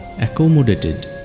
accommodated